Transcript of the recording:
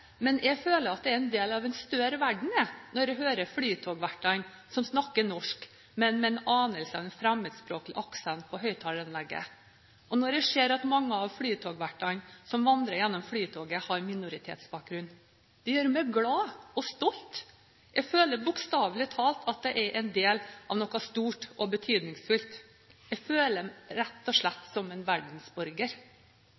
men jeg føler at jeg er en del av en større verden når jeg hører flytogverter som snakker norsk, men med en anelse av en fremmedspråklig aksent over høyttaleranlegget, og når jeg ser at mange av flytogvertene som vandrer gjennom Flytoget, har minoritetsbakgrunn. Det gjør meg glad og stolt. Jeg føler bokstavelig talt at jeg er en del av noe stort og betydningsfullt. Jeg føler meg rett og